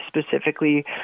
specifically